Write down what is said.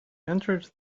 entered